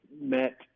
met